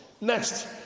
Next